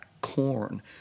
corn